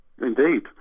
Indeed